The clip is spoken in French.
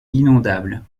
inondable